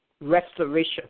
restoration